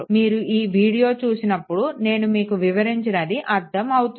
మీరు ఈ వీడియో చూసినప్పుడు మీకు నేను వివరించినది అర్ధం అవుతుంది